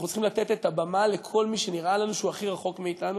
אנחנו צריכים לתת את הבמה לכל מי שנראה לנו שהוא הכי רחוק מאתנו.